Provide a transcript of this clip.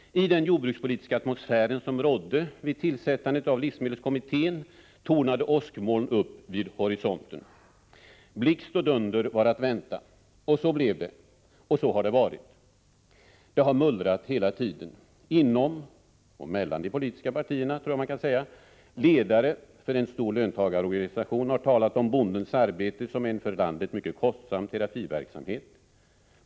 I den jordbrukspolitiska atmosfär som rådde vid tillsättandet av livsmedelskommittén tornade åskmoln upp sig vid horisonten. Blixt och dunder var att vänta. Så blev det, och så har det varit. Det har mullrat hela tiden — inom och mellan de politiska partierna, tror jag man kan säga. Ledaren för en stor löntagarorganisation har talat om bondens arbete som en för landet mycket kostsam terapiverksamhet.